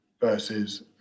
versus